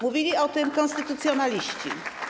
Mówili o tym konstytucjonaliści.